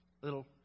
Little